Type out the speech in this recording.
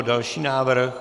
Další návrh.